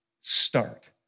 start